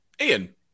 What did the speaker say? Ian